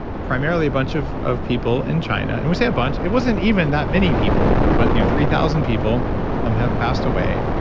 primarily a bunch of of people in china, and we say a bunch, it wasn't even that many people, but you know three thousand people um have passed away.